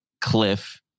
cliff